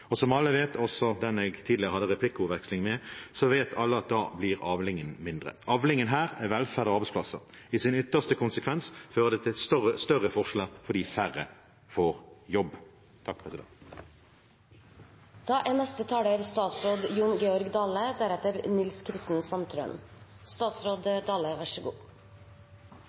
Og som alle vet – også vedkommende jeg tidligere hadde replikkordveksling med – da blir avlingen mindre. Avlingen her er velferd og arbeidsplasser. I sin ytterste konsekvens fører det til større forskjeller fordi færre får jobb. Eg er